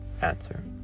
Answer